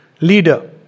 leader